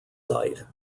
site